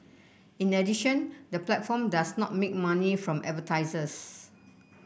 in addition the platform does not make money from advertisers